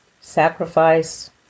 sacrifice